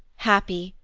happy,